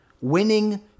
winning